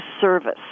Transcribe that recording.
service